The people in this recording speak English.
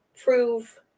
prove